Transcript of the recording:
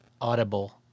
audible